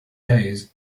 hays